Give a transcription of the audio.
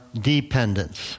dependence